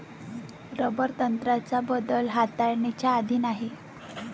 rubber तंत्रज्ञान बदल हाताळणीच्या अधीन आहे